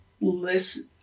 listen